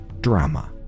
drama